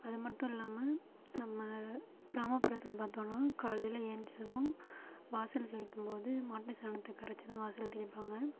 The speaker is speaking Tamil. அது மட்டும் இல்லாமல் நம்ம கிராமப்புறத்தில் பார்த்தோன்னா காலையில் ஏந்துச்சதும் வாசல் தெளிக்கும் போது மாட்டு சாணத்தை கறைச்சி தான் வாசல் தெளிப்பாங்கள்